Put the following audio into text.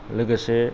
लोगोसे